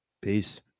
Peace